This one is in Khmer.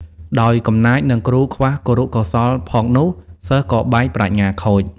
ដោយកំណាច និងគ្រូខ្វះគរុកោសល្យផងនោះ សិស្សក៏បែកប្រាជ្ញាខូច ។